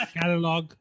catalog